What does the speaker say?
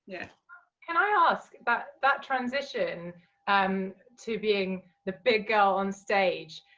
yeah and i ask but that transition um to being the big girl on stage,